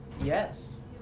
Yes